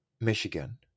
michigan